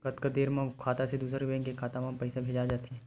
कतका देर मा मोर खाता से दूसरा बैंक के खाता मा पईसा भेजा जाथे?